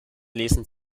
lesen